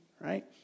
right